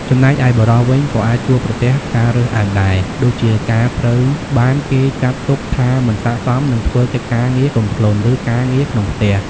ចំណែកឯបុរសវិញ ក៏អាចជួបប្រទះការរើសអើងដែរ ដូចជាការត្រូវបានគេចាត់ទុកថាមិនស័ក្តិសមនឹងធ្វើកិច្ចការងារទន់ភ្លន់ ឬការងារក្នុងផ្ទះ។